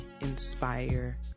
inspire